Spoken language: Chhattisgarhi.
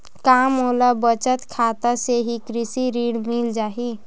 का मोला बचत खाता से ही कृषि ऋण मिल जाहि?